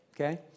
Okay